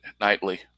nightly